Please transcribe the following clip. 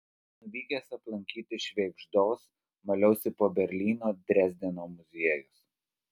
nuvykęs aplankyti švėgždos maliausi po berlyno drezdeno muziejus